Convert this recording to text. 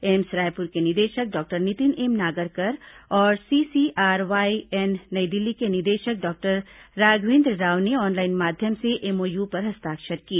AIIMS Raipur के निदेशक doctor Nitin M Nagarkar और सीसीआरवाईएन नई दिल्ली के निदेशक डॉक्टर राघयेंद्र राव ने ऑनलाइन माध्यम से एमओयू पर हस्ताक्षर किए